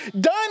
done